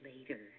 later